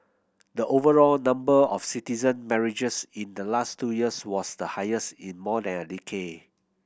the overall number of citizen marriages in the last two years was the highest in more than a decade